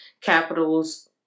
capital's